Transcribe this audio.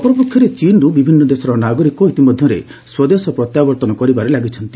ଅପରପକ୍ଷରେ ଚୀନ୍ରୁ ବିଭିନ୍ ଦେଶର ନାଗରିକ ଇତିମଧ୍ଧରେ ସ୍ୱଦେଶ ପ୍ରତ୍ୟାବର୍ଉନ କରିବାରେ ଲାଗିଛନ୍ତି